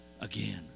again